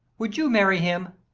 would you marry him?